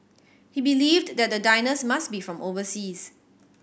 he believed that the diners must be from overseas